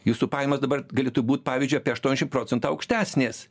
jūsų pajamos dabar galėtų būt pavyzdžiui apie aštuoniasdešim procentų aukštesnės